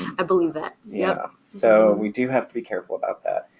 i believe that. yeah, so we do have to be careful about that.